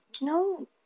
No